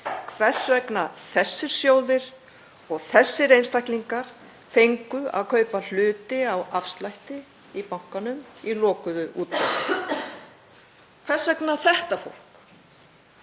hvers vegna þessir sjóðir og þessir einstaklingar fengu að kaupa hluti á afslætti í bankanum í lokuðu útboði. Hvers vegna þetta fólk?